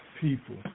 people